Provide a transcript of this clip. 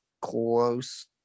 close